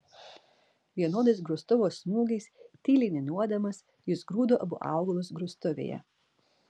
vienodais grūstuvo smūgiais tyliai niūniuodamas jis grūdo abu augalus grūstuvėje